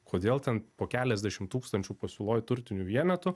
kodėl ten po keliasdešimt tūkstančių pasiūloj turtinių vienetų